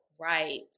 Right